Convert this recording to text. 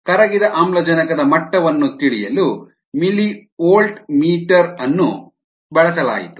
ಕರಗಿದ ಆಮ್ಲಜನಕದ ಮಟ್ಟವನ್ನು ತಿಳಿಯಲು ಮಿಲಿವೋಲ್ಟ್ ಮೀಟರ್ ಅನ್ನು ಬಳಸಲಾಯಿತು